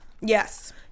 Yes